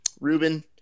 Ruben